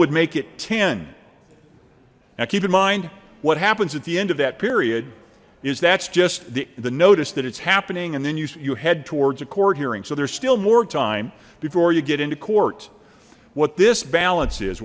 would make it ten now keep in mind what happens at the end of that period is that's just the the notice that it's happening and then you head towards a court hearing so there's still more time before you get into court what this balance